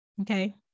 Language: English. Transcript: Okay